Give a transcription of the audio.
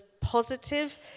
positive